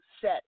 set